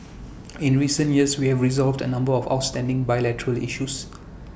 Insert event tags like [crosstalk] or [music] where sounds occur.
in recent years we have resolved A number of outstanding bilateral issues [noise]